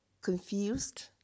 confused